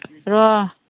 र'